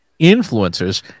influencers